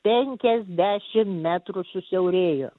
penkiasdešimt metrų susiaurėjo